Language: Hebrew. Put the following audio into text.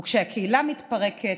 וכשהקהילה מתפרקת,